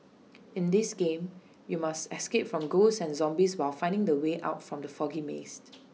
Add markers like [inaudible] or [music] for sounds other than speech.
in this game you must escape from ghosts and zombies while finding the way out from the foggy maze [unintelligible]